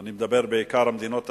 אני מדבר בעיקר על המדינות השכנות,